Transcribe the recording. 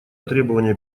требования